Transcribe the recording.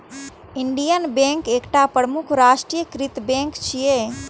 Indian bank एकटा प्रमुख राष्ट्रीयकृत बैंक छियै